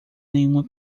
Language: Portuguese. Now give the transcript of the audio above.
nenhuma